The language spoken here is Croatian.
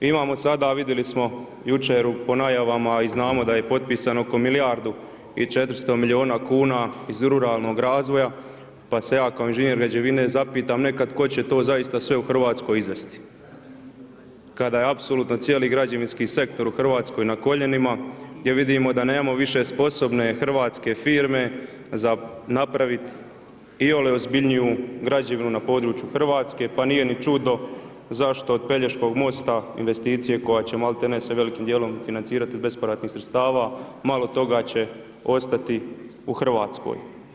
Imamo sada, vidjeli smo jučer po najavama i znamo da je potpisano oko milijardu i 400 milijuna kuna iz ruralnog razvoja, pa se ja kao inženjer građevine zapitam nekad tko će to zaista sve u Hrvatskoj izvesti kada je apsolutno cijeli građevinski sektor u Hrvatskoj na koljenima, gdje vidimo da nemamo više sposobne hrvatske firme za napraviti iole ozbiljniju građevinu na području Hrvatske pa nije ni čudo zašto od Pelješkog mosta investicije koje će malti ne se velikim dijelom financirati iz bespovratnih sredstava, malo toga će ostati u Hrvatskoj.